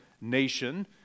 nation